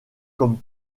comme